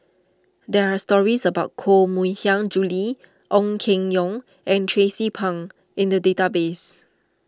there are stories about Koh Mui Hiang Julie Ong Keng Yong and Tracie Pang in the database